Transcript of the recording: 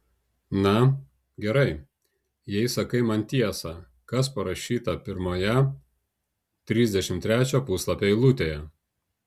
na gerai jei sakai man tiesą kas parašyta pirmoje trisdešimt trečio puslapio eilutėje